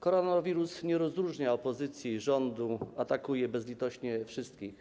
Koronawirus nie rozróżnia opozycji i rządu, atakuje bezlitośnie wszystkich.